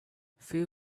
few